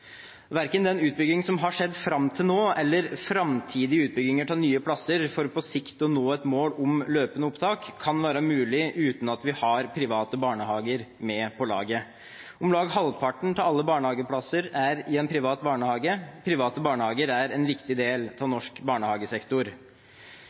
Verken utbyggingen som har skjedd fram til nå, eller framtidige utbygginger av nye plasser for på sikt å nå et mål om løpende opptak kan være mulig uten at vi har private barnehager med på laget. Om lag halvparten av alle barnehageplasser er i en privat barnehage. Private barnehager er en viktig del av